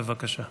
בבקשה.